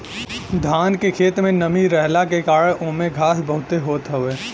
धान के खेत में नमी रहला के कारण ओमे घास बहुते होत हवे